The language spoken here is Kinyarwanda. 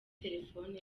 telefone